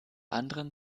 anderen